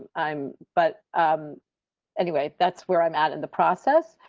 i'm but anyway, that's where i'm at, in the process,